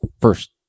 first